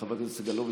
חבר הכנסת סגלוביץ',